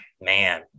Man